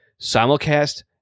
Simulcast